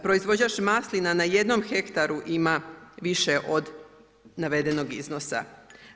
Proizvođač maslina na 1 hektaru ima više od navedenog iznosa.